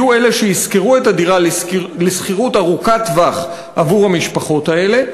יהיו אלה שישכרו את הדירה לשכירות ארוכת-טווח עבור המשפחות האלה.